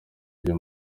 ibyo